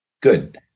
good